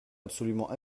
absolument